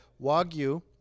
Wagyu